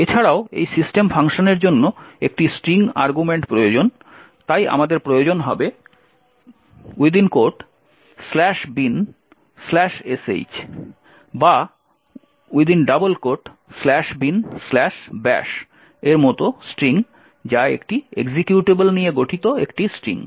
এছাড়াও এই সিস্টেম ফাংশনের জন্য একটি স্ট্রিং আর্গুমেন্ট প্রয়োজন তাই আমাদের প্রয়োজন হবে ""binsh"" বা ""binbash"" এর মতো স্ট্রিং যা একটি এক্সিকিউটেবল নিয়ে গঠিত একটি স্ট্রিং